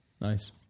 Nice